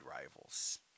Rivals